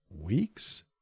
weeks